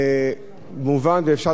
מובן ואפשר להאריך בהם,